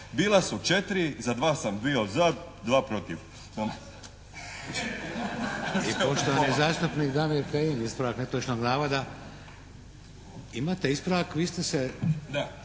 bila su četiri, za dva sam bio za, dva protiv. **Šeks, Vladimir (HDZ)** I poštovani zastupnik Damir Kajin, ispravak netočnog navoda. Imate ispravak, vi ste se…